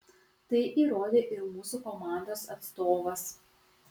tai įrodė ir mūsų komandos atstovas